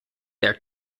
their